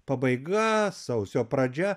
pabaiga sausio pradžia